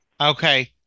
Okay